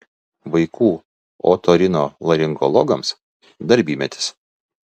vaikų otorinolaringologams darbymetis